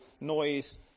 noise